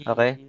Okay